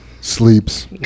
Sleeps